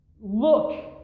look